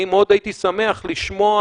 אני מאוד הייתי שמח לשמוע,